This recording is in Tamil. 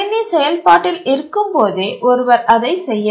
கணினி செயல்பாட்டில் இருக்கும் போதே ஒருவர் அதைச் செய்ய வேண்டும்